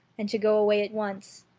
and to go away at once.